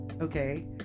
okay